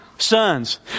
Sons